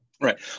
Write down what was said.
Right